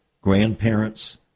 grandparents